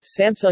Samsung